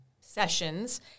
sessions